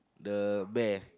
the bear